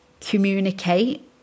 communicate